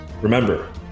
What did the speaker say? Remember